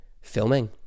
filming